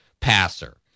passer